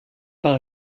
par